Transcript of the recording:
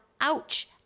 ouch